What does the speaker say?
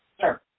Sir